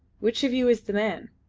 which of you is the man?